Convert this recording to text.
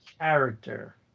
character